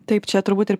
taip čia turbūt ir